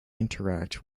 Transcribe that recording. interact